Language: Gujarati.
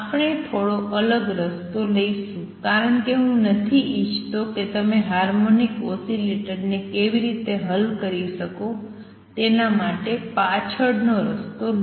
આપણે થોડો અલગ રસ્તો લઈશું કારણ કે હું નથી ઇચ્છતો કે તમે હાર્મોનિક ઓસિલેટરને કેવી રીતે હલ કરી શકો તેના માટે પાછળ નો રસ્તો લો